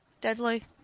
deadly